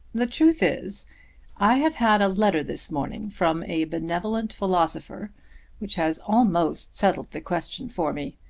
the truth is i have had a letter this morning from a benevolent philosopher which has almost settled the question for me.